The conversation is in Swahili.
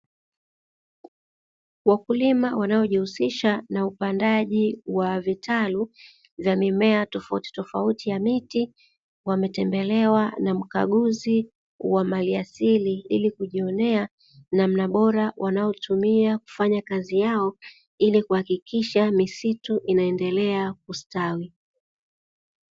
Wakulima wanaojihusisha na upandaji wa vitalu vya mimea tofautitofauti ya miti, wametembelewa na mkaguzi wa malia asili ili kujionea namna bora wanayotumia ili kufanya kazi yao, ili kuhakikisha misitu inaendelea kustawi.